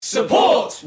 Support